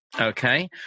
Okay